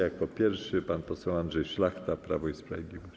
Jako pierwszy pan poseł Andrzej Szlachta, Prawo i Sprawiedliwość.